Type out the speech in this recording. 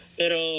pero